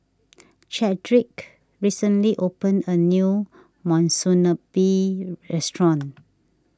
Chadrick recently opened a new Monsunabe restaurant